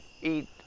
eat